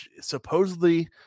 supposedly